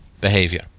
behavior